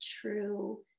true